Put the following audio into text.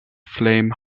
flame